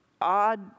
odd